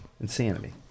Insanity